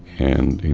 and you